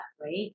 right